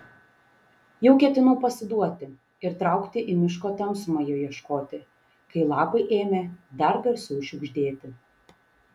jau ketinau pasiduoti ir traukti į miško tamsumą jo ieškoti kai lapai ėmė dar garsiau šiugždėti